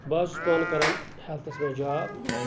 بہٕ حظ چھُس پانہٕ کَران ہیٚلتھَس مَنٛز جاب